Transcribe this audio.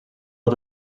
dat